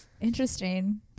interesting